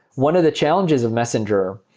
one of the challenges of messenger,